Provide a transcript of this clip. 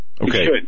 Okay